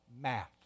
math